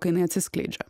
kai jinai atsiskleidžia